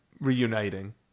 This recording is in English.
reuniting